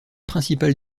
principal